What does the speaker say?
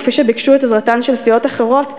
כפי שביקשו את עזרתן של סיעות אחרות,